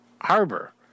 Harbor